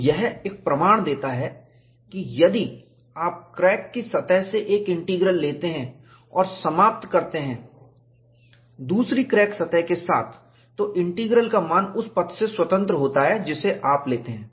तो यह एक प्रमाण देता है कि यदि आप क्रैक की सतह से एक इंटीग्रल लेते हैं और समाप्त करते हैं दूसरी क्रैक सतह के साथ तो इंटीग्रल का मान उस पथ से स्वतंत्र होता है जिसे आप लेते हैं